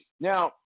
Now